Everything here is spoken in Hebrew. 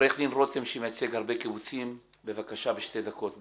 עו"ד רותם שמייצג הרבה קיבוצים, בבקשה בשתי דקות.